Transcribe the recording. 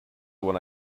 when